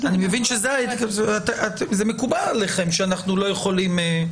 אני מבין שזה מקובל עליכם שאנחנו לא יכולים.